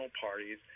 parties